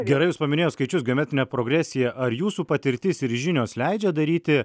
gerai jūs paminėjot skaičius geometrinė progresija ar jūsų patirtis ir žinios leidžia daryti